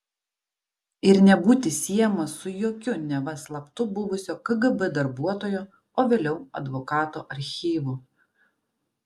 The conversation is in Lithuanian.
ir nebūti siejamas su jokiu neva slaptu buvusio kgb darbuotojo o vėliau advokato archyvu